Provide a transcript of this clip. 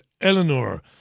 Eleanor